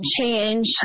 change